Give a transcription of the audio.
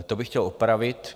To bych chtěl opravit.